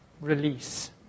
release